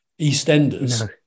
EastEnders